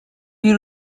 you